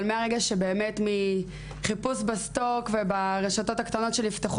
אבל מחיפוש בסטוק וברשתות הקטנות שנפתחו